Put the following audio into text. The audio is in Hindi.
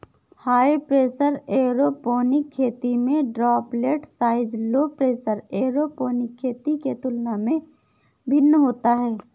हाई प्रेशर एयरोपोनिक खेती में droplet size low pressure aeroponic खेती के तुलना में भिन्न होता है